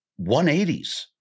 180s